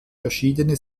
verschiedene